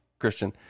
christian